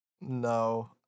No